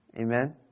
Amen